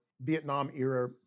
Vietnam-era